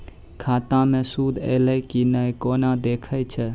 खाता मे सूद एलय की ने कोना देखय छै?